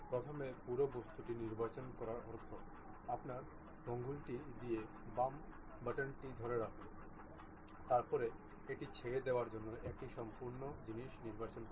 প্রথমে পুরো বস্তুটি নির্বাচন করার অর্থ আপনার আঙুলটি দিয়ে বাম বাটনটি ধরে রাখুন তারপরে এটি ছেড়ে দেওয়ার জন্য একটি সম্পূর্ণ জিনিস নির্বাচন করুন